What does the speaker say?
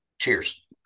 Cheers